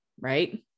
right